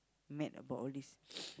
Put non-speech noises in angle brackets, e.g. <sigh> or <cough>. mad about all this <noise>